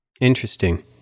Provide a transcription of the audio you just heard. Interesting